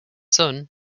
son